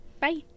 Bye